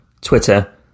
Twitter